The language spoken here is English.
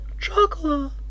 Chocolate